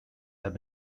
have